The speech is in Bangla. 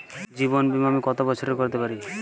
জীবন বীমা আমি কতো বছরের করতে পারি?